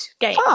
game